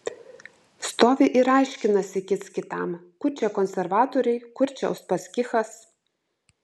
stovi ir aiškinasi kits kitam kur čia konservatoriai kur čia uspaskichas